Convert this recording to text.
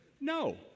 No